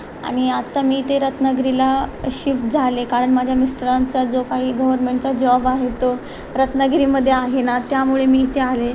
आणि आत्ता मी इथे रत्नागिरीला शिफ्ट झाले कारण माझ्या मिस्टरांचा जो काही गव्हर्मेंटचा जॉब आहे तो रत्नागिरीमध्ये आहे ना त्यामुळे मी इथे आले